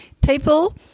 People